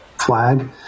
flag